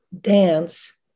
dance